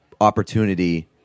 opportunity